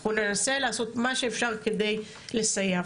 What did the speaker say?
אנחנו ננסה לעשות מה שאפשר כדי לסייע.